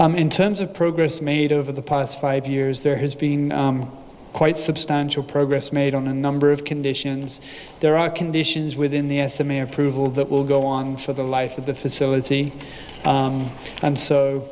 review in terms of progress made over the past five years there has been quite substantial progress made on a number of conditions there are conditions within the estimate approval that will go on for the life of the facility and so